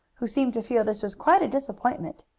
who seemed to feel this was quite a disappointment.